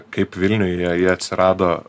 kaip vilniuje ji atsirado